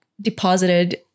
deposited